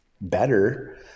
better